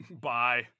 bye